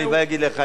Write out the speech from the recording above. אני כבר אגיד לך,